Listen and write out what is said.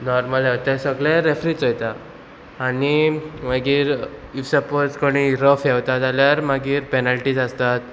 normal हे सगळे referees चोयता आनी मागीर इफ सपोज कोणी रफ येवता जाल्यार मागीर पॅनल्टीज आसतात